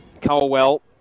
Colwell